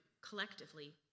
collectively